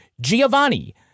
Giovanni